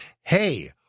Hey